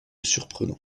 surprenant